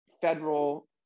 federal